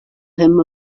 him